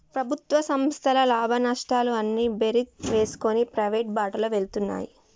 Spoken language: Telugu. ప్రభుత్వ సంస్థల లాభనష్టాలు అన్నీ బేరీజు వేసుకొని ప్రైవేటు బాటలోకి వెళ్తున్నాయి